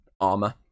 armor